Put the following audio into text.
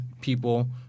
people